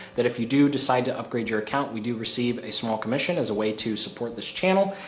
that if you do decide to upgrade your account we do receive a small commission as a way to support this channel.